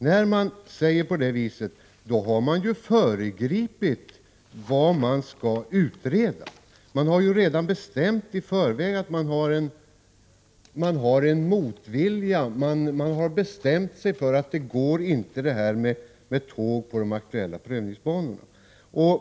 När man säger så har man ju föregripit vad man skulle utreda och redan i förväg bestämt sig för att inte ha tåg på de aktuella prövningsbanorna.